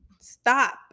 stop